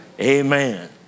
Amen